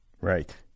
Right